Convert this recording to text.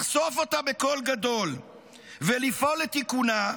לחשוף אותה בקול גדול ולפעול לתיקונה,